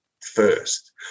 first